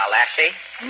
Lassie